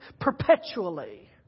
perpetually